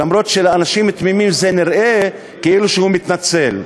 למרות שלאנשים תמימים זה נראה כאילו שהוא מתנצל.